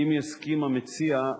אם יסכים המציע,